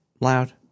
loud